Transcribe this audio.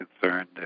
concerned